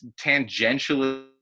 tangentially